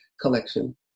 collection